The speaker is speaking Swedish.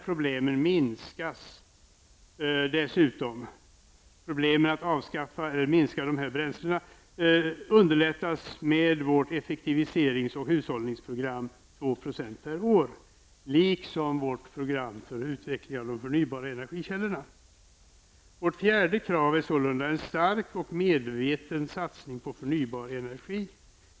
Problemen med att minska användningen av de här bränslena underlättas av vårt effektiviserings och hushållningsprogram -- 2 % per år -- liksom vårt program för utveckling av de förnybara energikällorna. Vårt fjärde krav är sålunda en stark och medveten satsning på förnybar energi.